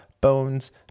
Bones